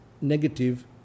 negative